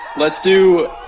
let's do